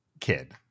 kid